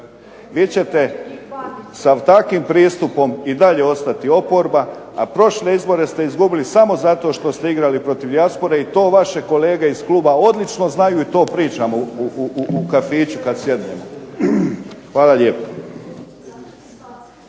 Vi ćete sa takvim pristupom i dalje ostati oporba, a prošle izbore ste izgubili samo zato što ste igrali protiv dijaspore i to vaše kolege iz klub odlično znaju i to pričamo u kafiću kada sjednemo. Hvala lijepo.